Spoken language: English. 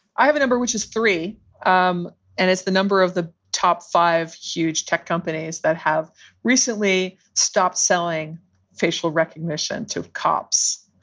i have a number, which is three um and it's the number of the top five huge tech companies that have recently stopped selling facial recognition to cops.